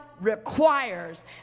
requires